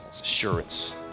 assurance